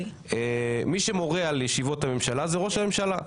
מי שמורה על ישיבות הממשלה זה ראש הממשלה.